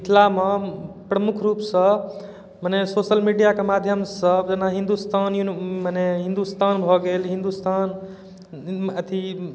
हँ करैत छियै माल जाल छै सुबहमे उठलहुँ माल जालके निमेरा कयलहुँ सब किछु कयलहुँ गोबर उठेलहुँ कलसी उठेलहुँ गुड़ धुआँ कयलहुँ